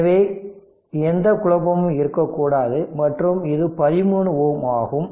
எனவே எந்த குழப்பமும் இருக்கக்கூடாது மற்றும் இது 13 Ω ஆகும்